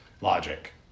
logic